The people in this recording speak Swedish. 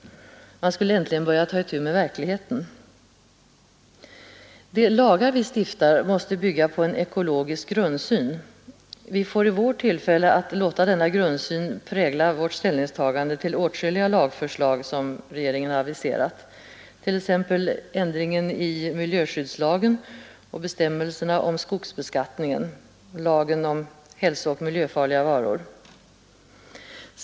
Man skulle äntligen börja ta itu med verkligheten. De lagar vi stiftar måste bygga på en ekologisk grundsyn. Vi får i vår tillfälle att låta denna grundsyn prägla vårt ställningstagande till åtskilliga lagförslag som regeringen har aviserat, t.ex. ändringen av miljöskyddslagen och bestämmelserna om skogsbeskattningen samt lagen om hälsooch miljöfarliga varor.